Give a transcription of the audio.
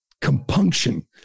compunction